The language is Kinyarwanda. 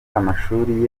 amashuri